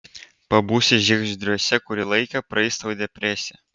pabūsi žiegždriuose kurį laiką praeis tau depresija